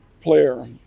player